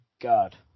God